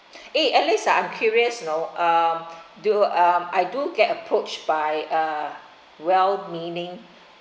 eh alice ah I'm curious you know uh do um I do get approached by uh well meaning